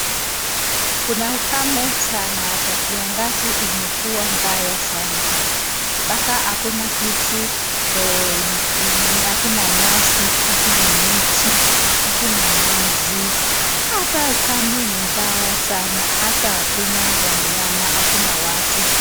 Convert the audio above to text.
Kuna ukame sana hapa, kiangazi imekuwa mbaya sana hapa, mpaka hakuna kitu, hakuna nyasi, hakuna miti, hakuna maji, hapa ukame ni mbaya sana hata hakuna wanyama, hakuna watu.